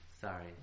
Sorry